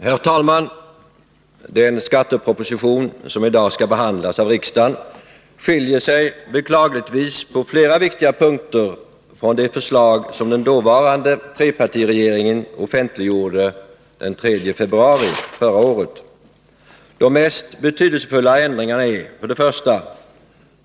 Herr talman! Den skatteproposition som i dag skall behandlas av riksdagen skiljer sig beklagligtvis på flera viktiga punkter från det förslag som den dåvarande trepartiregeringen offentliggjorde den 3 februari förra året. De mest betydelsefulla ändringarna är: 1.